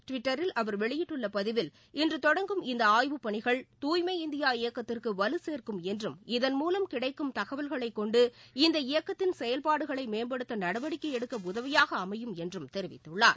ட்விட்டரில் அவர் வெளியிட்டுள்ளபதிவில் இன்றுதொடங்கும் இந்தஆய்வுப் பணிகள் தூய்மை இந்தியா இயக்கத்திற்குவலுசேர்க்கும் என்றும் இதன்மூவம் கிடைக்கும் தகவல்களைக் கொண்டு இந்த இயக்கத்தின் செயல்பாடுகளைமேம்படுத்தநடவடிக்கைஎடுக்கஉதவியாகஅமையும் என்றும் தெரிவித்துள்ளார்